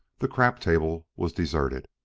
the crap-table was deserted.